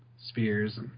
spears